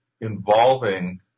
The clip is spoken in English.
involving